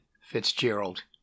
Fitzgerald